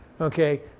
Okay